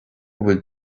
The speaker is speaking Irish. bhfuil